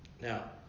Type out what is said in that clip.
Now